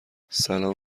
سلام